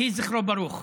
יהי זכרו ברוך.